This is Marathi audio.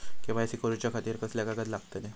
के.वाय.सी करूच्या खातिर कसले कागद लागतले?